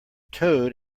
toad